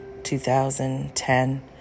2010